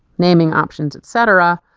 naming options etc.